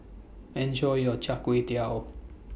Enjoy your Char Kway Teow